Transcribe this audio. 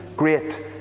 great